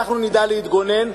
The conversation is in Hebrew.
אנחנו נדע להתגונן,